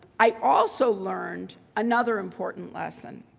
i also learned another important lesson.